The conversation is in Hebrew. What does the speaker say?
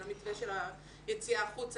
של המתווה של היציאה החוצה,